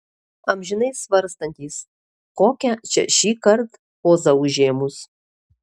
amžinai svarstantys kokią čia šįkart pozą užėmus